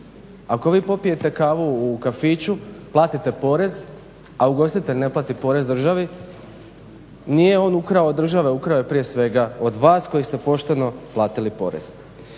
Ako vi popijete kavu u kafiću platite porez, a ugostitelj ne plati porez državi nije on ukrao od države, ukrao je prije svega od vas koji ste pošteno platili porez.